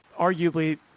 arguably